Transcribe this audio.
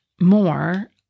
more